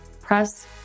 press